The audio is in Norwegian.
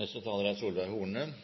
Selv om ikke forslagsstillerne er